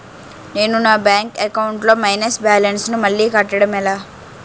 నేను నా bank account లొ మైనస్ బాలన్స్ ను మళ్ళీ కట్టడం ఎలా?